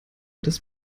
das